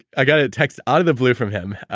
i got a text, out of the blue from him,